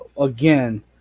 Again